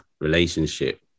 relationship